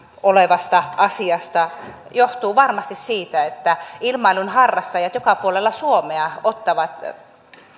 olevasta asiasta johtuu varmasti siitä että ilmailun harrastajat joka puolella suomea ottavat